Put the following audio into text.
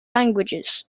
languages